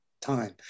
time